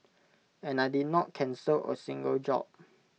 and I did not cancel A single job